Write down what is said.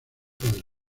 del